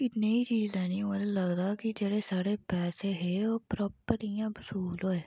भी नेही चीज लैनी होऐ ते लगदा कि जेह्ड़े साढ़े पैसे हे ओह् परापर इ'यां बसूल होए